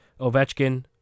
Ovechkin